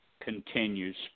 continues